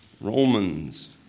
Romans